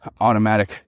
automatic